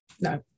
No